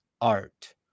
art